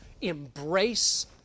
Embrace